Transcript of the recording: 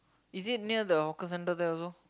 is it near the hawker centre there also